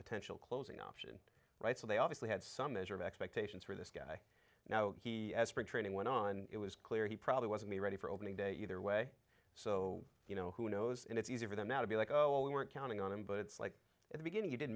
potential closing option right so they obviously had some measure of expectations for this guy now he has spring training went on it was clear he probably wasn't ready for opening day either way so you know who knows and it's easy for them out to be like oh well we weren't counting on him but it's like at the beginning you did